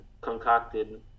concocted